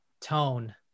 tone